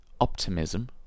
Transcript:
optimism